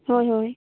ᱦᱳᱭ ᱦᱳᱭ